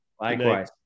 likewise